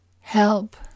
Help